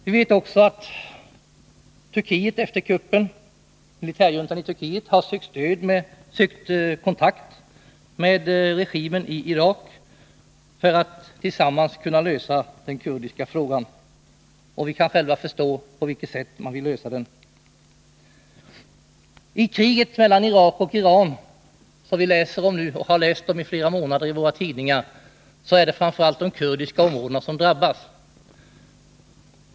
Vi vet också att militärjuntan i Turkiet efter kuppen sökt kontakt med regimen i Irak för att tillsammans kunna lösa den kurdiska frågan. Vi kan själva förstå på vilket sätt man vill lösa den. I kriget mellan Irak och Iran, som vi läser om i våra tidningar sedan flera månader tillbaka, är det framför allt de kurdiska områdena som drabbas.